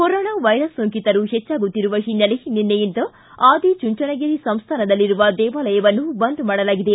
corona virus ಸೋಂಕಿತರು ಹೆಚ್ಚಾಗುತ್ತಿರುವ ಹಿನ್ನೆಲೆ ನಿನ್ನೆಯಿಂದ ಆದಿಚುಂಚನಗಿರಿ ಸಂಸ್ಥಾನದಲ್ಲಿರುವ ದೇವಾಲಯವನ್ನು ಬಂದ್ ಮಾಡಲಾಗಿದೆ